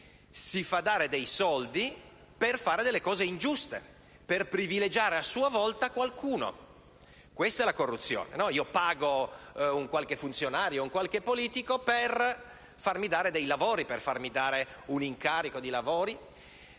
si fa dare dei soldi per fare cose ingiuste e per privilegiare a sua volta qualcuno. Questa è la corruzione: io pago un qualche funzionario o un qualche politico per farmi dare un incarico di lavori,